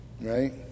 Right